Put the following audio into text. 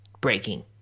breaking